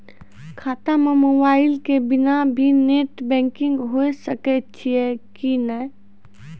खाता म मोबाइल के बिना भी नेट बैंकिग होय सकैय छै कि नै?